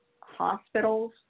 hospitals